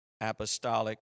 apostolic